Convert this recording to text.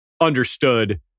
understood